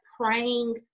praying